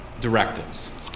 directives